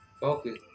focus